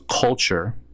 culture